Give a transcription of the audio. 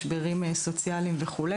משברים סוציאליים וכו',